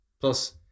Plus